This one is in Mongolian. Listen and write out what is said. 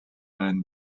байна